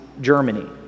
Germany